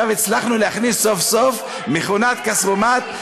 עכשיו הצלחנו להכניס סוף-סוף מכונת כספומט,